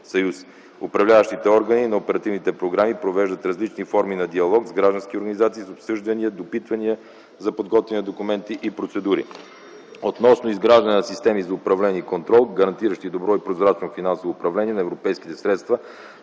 съюз. Управляващите органи на оперативните програми провеждат различни форми на диалог с граждански организации, обсъждания, допитвания за подготвяне на документи и процедури. Относно изграждане на системи за управление и контрол, гарантиращи добро и прозрачно финансово управление на европейските средства